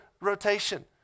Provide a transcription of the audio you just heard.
rotation